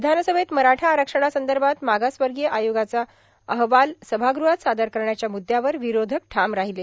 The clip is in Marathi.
विधानसभेत मराठा आरक्षणासंदर्भात मागासवर्गीय आयोगाचा अहवाल सभागृहात सादर करण्याच्या मुद्यावर विरोधक ठाम राहीले